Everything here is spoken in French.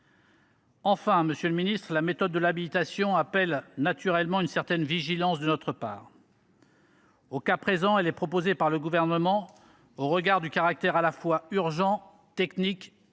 bloc communal. Enfin, la méthode de l’habilitation appelle naturellement une certaine vigilance de notre part. Dans le cas présent, elle est proposée par le Gouvernement au regard du caractère à la fois urgent, technique et,